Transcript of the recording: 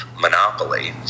monopoly